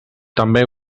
també